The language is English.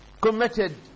committed